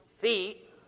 feet